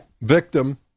victim